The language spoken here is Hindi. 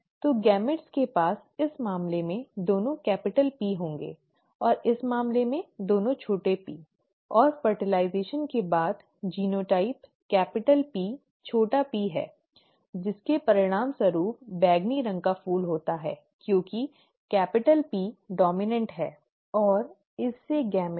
तो युग्मकों के पास इस मामले में दोनों कैपिटल P होंगे और इस मामले में दोनों छोटे p और निषेचन के बाद जीनोटाइप कैपिटल P छोटा p है जिसके परिणामस्वरूप बैंगनी रंग का फूल होता है क्योंकि कैपिटल P डॉम्इनॅन्ट है है ना